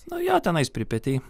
nu jo tenais pripetėj